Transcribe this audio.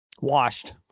Washed